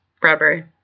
Bradbury